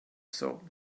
soul